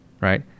right